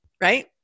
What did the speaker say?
Right